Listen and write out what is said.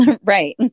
Right